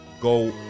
go